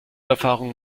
erfahrung